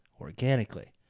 organically